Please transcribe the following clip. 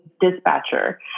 dispatcher